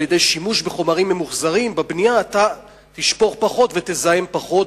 על-ידי שימוש בחומרים ממוחזרים בבנייה אתה תשפוך פחות ותזהם פחות,